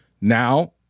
Now